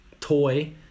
toy